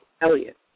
Elliott